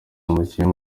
umukinnyi